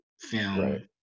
film